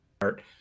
art